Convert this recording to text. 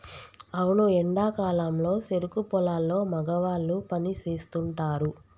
అవును ఎండా కాలంలో సెరుకు పొలాల్లో మగవాళ్ళు పని సేస్తుంటారు